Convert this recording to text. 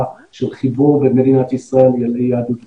של חיבור בין מדינת ישראל ליהדות התפוצות.